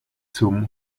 zum